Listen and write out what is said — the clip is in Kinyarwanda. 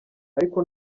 ariko